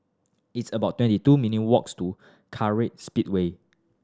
it's about twenty two minute walks to Kartright Speedway